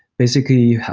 basically,